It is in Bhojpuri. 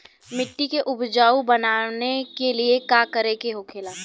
मिट्टी के उपजाऊ बनाने के लिए का करके होखेला?